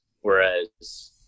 whereas